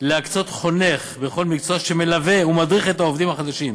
להקצות חונך בעל מקצוע שמלווה ומדריך את העובדים החדשים.